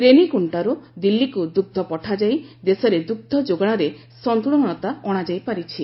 ରେନିଗୁଷ୍କାରୁ ଦିଲ୍ଲୀକୁ ଦୁଗ୍ଧ ପଠାଯାଇ ଦେଶରେ ଦୁଗ୍ଧ ଯୋଗାଣରେ ସନ୍ତୁଳନତା ଅଣାଯାଇପାରିଛି